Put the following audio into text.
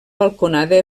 balconada